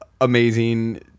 amazing